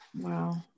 Wow